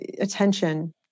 attention